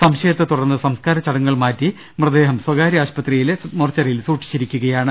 സംശയത്തെത്തുടർന്ന് സംസ്കാര ചടങ്ങുകൾ മാറ്റി മൃതദേഹം സ്ഥകാര്യ ആശുപത്രിയിലെ മോർച്ചറിയിൽ സൂക്ഷിച്ചിരിക്കുകയാണ്